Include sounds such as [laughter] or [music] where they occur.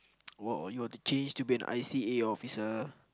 [noise] what or you wanna change to be a I_C_A officer